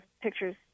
pictures